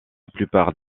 plupart